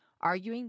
arguing